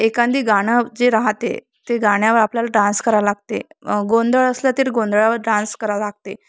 एखादी गाणं जे राहते ते गाण्यावर आपल्याला डान्स करावं लागते गोंधळ असलं तरी गोंंधळावर डान्स करावं लागते